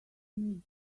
need